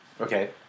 Okay